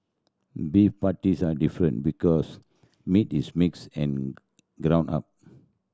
beef patties are different because meat is mixed and ground up